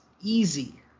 Easy